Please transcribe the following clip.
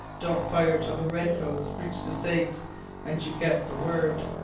don't fire till the red-coats reach the stakes and you get the word